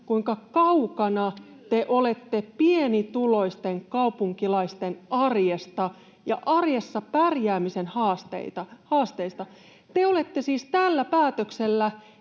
kuinka kaukana te olette pienituloisten kaupunkilaisten arjesta ja arjessa pärjäämisen haasteista. Te olette siis tällä päätöksellä